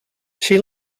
she